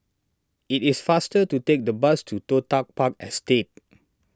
it is faster to take the bus to Toh Tuck Park Estate